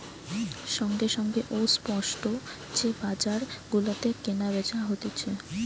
সঙ্গে সঙ্গে ও স্পট যে বাজার গুলাতে কেনা বেচা হতিছে